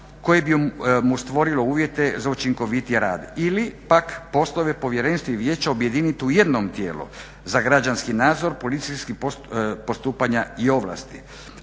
koje bi mu stvorilo uvjete za učinkovitiji rad. Ili pak poslove povjerenstva i vijeća objediniti u jednom tijelu za građanski nadzor policijskih postupanja i ovlasti.